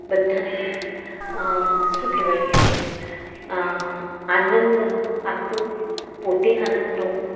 બધાને શું કહેવાય આનંદ આપું પોતે આનંદ લઉં